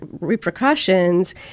repercussions